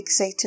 fixated